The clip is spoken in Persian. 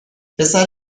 پسر